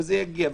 וזה יגיע,